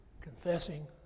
confessing